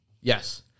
Yes